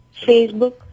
Facebook